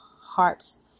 hearts